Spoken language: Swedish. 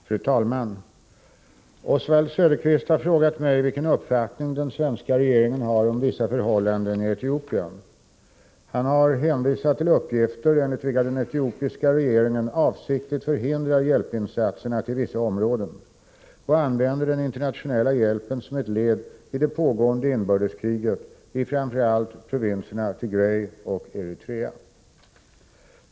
Fru talman! Oswald Söderqvist har frågat mig vilken uppfattning den svenska regeringen har om vissa förhållanden i Etiopien. Han har hänvisat till uppgifter enligt vilka den etiopiska regeringen avsiktligt förhindrar hjälpinsatserna till vissa områden och använder den internationella hjälpen som ett led i det pågående inbördeskriget i framför allt provinserna Tigré och Eritrea.